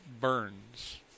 burns